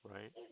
Right